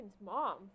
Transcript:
mom